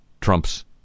Trump's